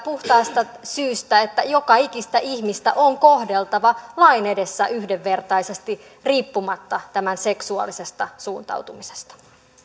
puhtaasta syystä että joka ikistä ihmistä on kohdeltava lain edessä yhdenvertaisesti riippumatta tämän seksuaalisesta suuntautumisesta